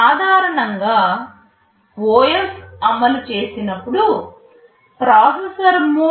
సాధారణంగా OS అమలు చేసినప్పుడు ప్రాసెసర్ మోడ్